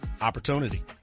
opportunity